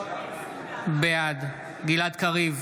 בעד גלעד קריב,